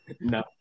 No